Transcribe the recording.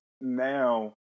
now